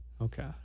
okay